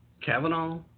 Kavanaugh